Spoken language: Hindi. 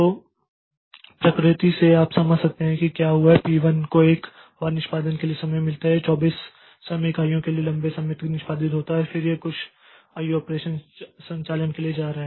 तो प्रकृति से आप समझ सकते हैं कि क्या हुआ है पी1 को एक बार निष्पादन के लिए समय मिलता है यह 24 समय इकाइयों के लिए लंबे समय तक निष्पादित होता है और फिर यह कुछ आईओ ऑपरेशन संचालन के लिए जा रहा है